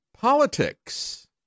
politics